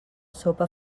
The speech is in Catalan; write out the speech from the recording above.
sopa